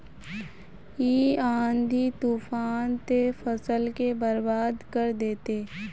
इ आँधी तूफान ते फसल के बर्बाद कर देते?